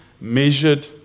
measured